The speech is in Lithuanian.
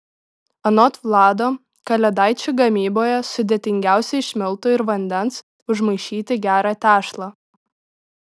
anot vlado kalėdaičių gamyboje sudėtingiausia iš miltų ir vandens užmaišyti gerą tešlą